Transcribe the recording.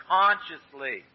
consciously